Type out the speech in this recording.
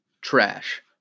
trash